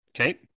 Okay